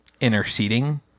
interceding